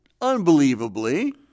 unbelievably